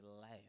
laugh